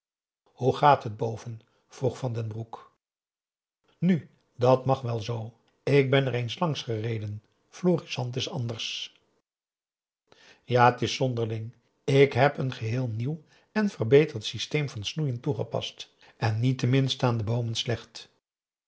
hoe gaat het boven vroeg van den broek nu dat mag wel zoo ik ben er eens langs gereden florissant is anders ja t is zonderling ik heb een geheel nieuw en verbeterd systeem van snoeien toegepast en niettemin staan de boomen slecht